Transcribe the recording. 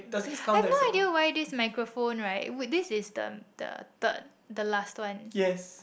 have no idea why this microphone right with this system the the the last one